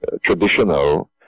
traditional